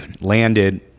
Landed